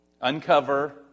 Uncover